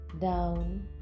down